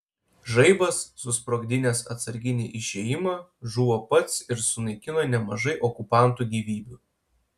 žaibas susprogdinęs atsarginį išėjimą žuvo pats ir sunaikino nemažai okupantų gyvybių